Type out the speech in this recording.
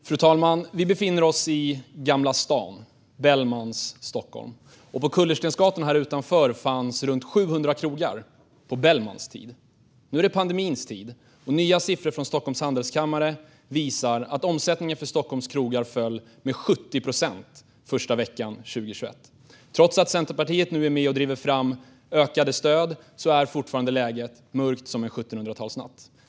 Fru talman! Vi befinner oss i Gamla stan, Bellmans Stockholm. På kullerstensgatorna här utanför fanns runt 700 krogar på Bellmans tid. Nu är det pandemins tid. Nya siffror från Stockholms handelskammare visar att omsättningen för Stockholms krogar föll med 70 procent under den första veckan 2021. Trots att Centerpartiet nu är med och driver fram ökade stöd är fortfarande läget mörkt som en 1700-talsnatt.